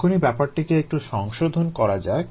এখনই ব্যাপারটিকে একটু সংশোধন করা যাক